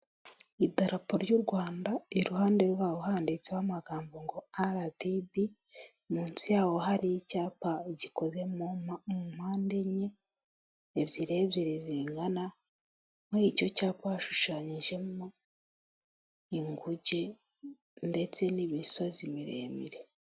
Idarapo ry'u Rwanda iruhande rwawo handitseho amagambo ngo aradibi, munsi yawo hari icyapa gikoze mu mpande enye ebyiri ebyiri zingana, muri icyo cyapa hashushanyijemo inguge ndetse n'imisozi miremire.